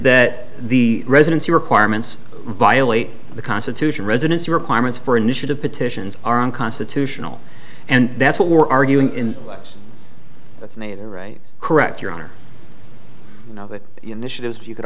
that the residency requirements violate the constitution residency requirements for initiative petitions are unconstitutional and that's what we're arguing in its native right correct your honor now that you could